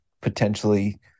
potentially